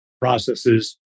processes